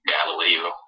Galileo